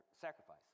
sacrifice